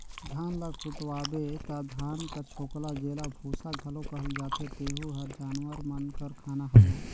धान ल कुटवाबे ता धान कर छोकला जेला बूसा घलो कहल जाथे तेहू हर जानवर मन कर खाना हवे